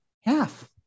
Half